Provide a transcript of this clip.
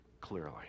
clearly